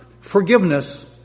forgiveness